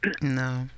no